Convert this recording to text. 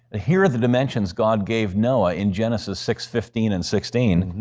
here are the dimensions god gave noah in genesis six fifteen and sixteen,